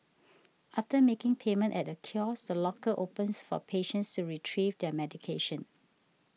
after making payment at a kiosk the locker opens for patients to retrieve their medication